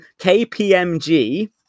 KPMG